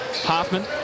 Hoffman